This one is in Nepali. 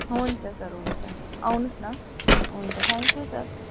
हुन्छ सर हुन्छ आउनुहोस् न हुन्छ थ्याङ्क्यु सर